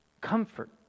comfort